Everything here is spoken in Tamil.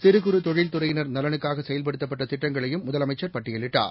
சிறு குறு தொழில் துறையினா் நலனுக்காகசெயல்படுத்தப்பட்டதிட்டங்களையும் முதலமைச்சர் பட்டியலிட்டார்